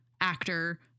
actor